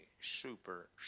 super